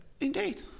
Indeed